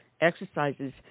exercises